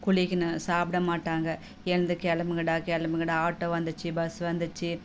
குளிக்கணும் சாப்பிட மாட்டாங்க எழுந்து கிளம்புங்கடா கிளம்புங்கடா ஆட்டோ வந்துடுச்சி பஸ்ஸு வந்துடுச்சி